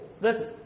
listen